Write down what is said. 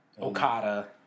Okada